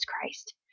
Christ